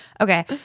Okay